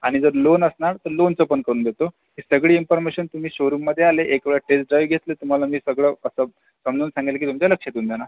आणि जर लोन असणार तर लोनचं पण करून देतो ही सगळी इन्फर्मशन तुम्ही शोरूममध्ये आले एकवेळ टेस्ट ड्राईव्ह घेतली तुम्हाला मी सगळं असं समजावून सांगेल की तुमचा लक्षात येऊन जाणार